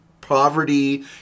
poverty